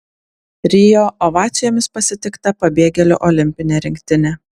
rio ovacijomis pasitikta pabėgėlių olimpinė rinktinė